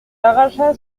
arracha